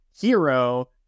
hero